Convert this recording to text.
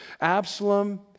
Absalom